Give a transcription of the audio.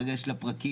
הרגע יש לה פרקים,